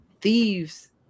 thieves